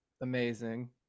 amazing